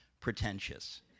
pretentious